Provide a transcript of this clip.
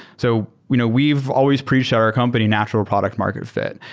so you know we've always preached our company natural product market fit.